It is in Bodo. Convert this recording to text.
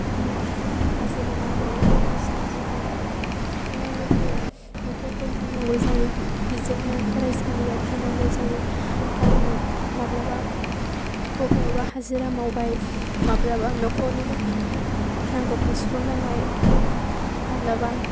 खामला हाजिरा मावनानै गावसोरनि जिउखौ सुफुंनांगौ जायो न'खरखौ नायनांगौ जायो बेजोंनो फरायसालियाव फैनांगौ जायो गावनो माब्लाबा बबेयावबा हाजिरा मावबाय माब्लाबा न'खरनि नांगौखौ सुफुंनांबाय माब्लाबा